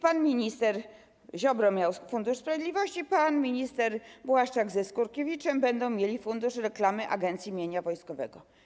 Pan minister Ziobro miał Fundusz Sprawiedliwości, pan minister Błaszczak ze Skurkiewiczem będą mieli fundusz reklamy Agencji Mienia Wojskowego.